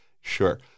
sure